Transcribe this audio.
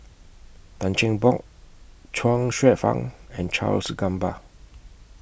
Tan Cheng Bock Chuang Hsueh Fang and Charles Gamba